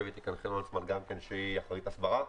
יושבת איתי כאן גם --- שהיא אחראית הסברה.